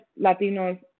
Latinos